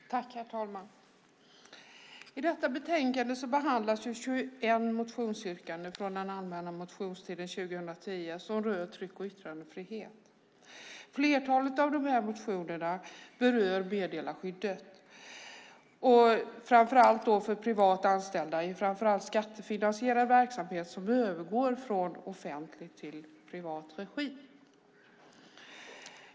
Herr talman! I detta betänkande behandlas 21 motionsyrkanden från den allmänna motionstiden 2010. De rör tryck och yttrandefrihet. Flertalet av dessa motioner berör meddelarskyddet, framför allt för anställda i skattefinansierad verksamhet som övergår från offentlig till privat regi.